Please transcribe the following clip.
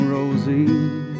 Rosie